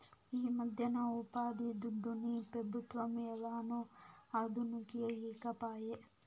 ఈమధ్యన ఉపాధిదుడ్డుని పెబుత్వం ఏలనో అదనుకి ఈకపాయే